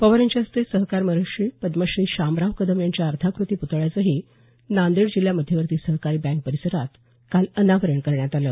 पवार यांच्या हस्ते सहकार महर्षी पद्मश्री शामराव कदम यांच्या अर्धाकृती प्तळ्याचही नांदेड जिल्हा मध्यवर्ती सहकारी बँक परिसरात काल अनावरण करण्यात आलं